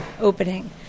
opening